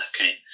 Okay